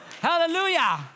hallelujah